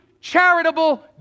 charitable